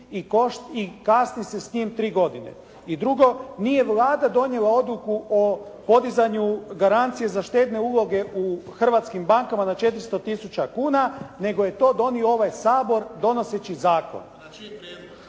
i kasni se s tim 3 godine. I drugo, nije Vlada donijela odluku o podizanju garancije za štedne uloge u hrvatskim bankama na 400 tisuća kuna nego je to donio ovaj Sabor donoseći zakon.